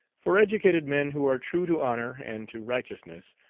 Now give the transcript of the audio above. for educated men who are true to honor and to righteousness,